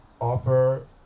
offer